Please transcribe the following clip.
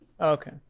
Okay